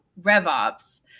RevOps